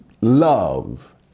love